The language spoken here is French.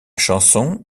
chanson